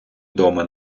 дома